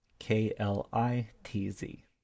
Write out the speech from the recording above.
K-L-I-T-Z